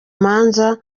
manza